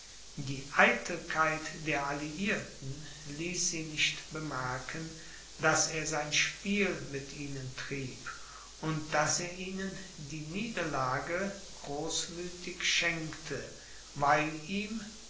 die eitelkeit der alliierten ließ sie nicht bemerken daß er sein spiel mit ihnen trieb und daß er ihnen die niederlage großmüthig schenkte weil ihm